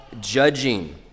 judging